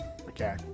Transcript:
okay